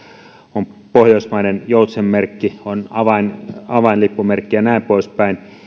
on pohjoismainen joutsenmerkki on avainlippu avainlippu merkki ja näin poispäin